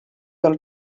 del